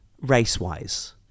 race-wise